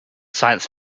science